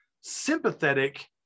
sympathetic